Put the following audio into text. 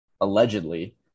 allegedly